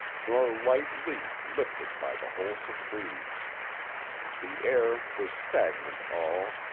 nor light leaf lifted by the wholesome breeze the air was stagnant all,